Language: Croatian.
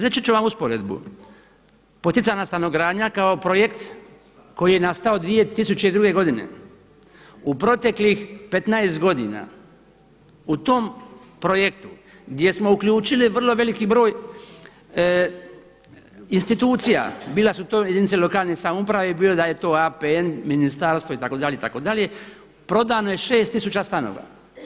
Reći ću vam usporedbu, poticajna stanogradnja kao projekt koji je nastao 2002. godine u proteklih 15 godina u tom projektu gdje smo uključili vrlo veliki broj institucija, bile su to jedinice lokalne samouprave, bilo da je to APN, ministarstvo itd., itd. prodano je šest tisuća stanova.